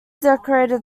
decorated